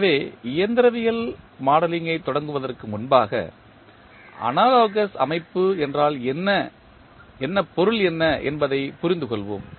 எனவே இயந்திரவியல் மாடலிங்கை தொடர்வதற்கு முன்பாக அனாலோகஸ் அமைப்பு என்றால் பொருள் என்ன என்பதைப் புரிந்து கொள்வோம்